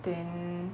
then